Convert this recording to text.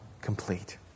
complete